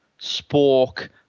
Spork